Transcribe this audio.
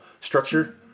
structure